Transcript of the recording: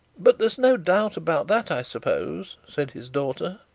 but there's no doubt about that, i suppose said his daughter.